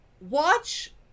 watch